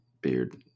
beard